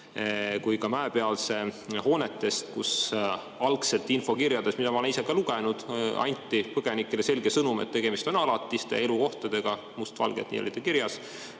kui ka Mäepealse hoonetest, kus algselt infokirjades, mida ma olen ise ka lugenud, anti põgenikele selge sõnum, et tegemist on alatiste elukohtadega. Must valgel oli nii kirjas.